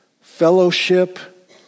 Fellowship